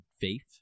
faith